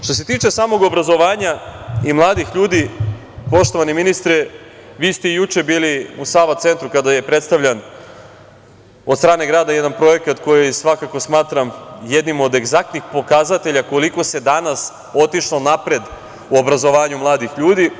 Što se tiče samog obrazovanja i mladih ljudi, poštovani ministre, vi ste juče bili u „Sava centru“ kada je predstavljen od strane grada jedan projekat koji svakako smatram jednim od egzaktnih pokazatelja koliko se danas otišlo napred u obrazovanju mladih ljudi.